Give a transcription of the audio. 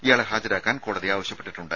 ഇയാളെ ഹാജരാക്കാൻ കോടതി ആവശ്യപ്പെട്ടിട്ടുണ്ട്